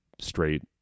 straight